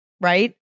right